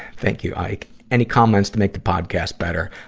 thank you, ike. any comments to make the podcast better?